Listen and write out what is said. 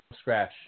scratch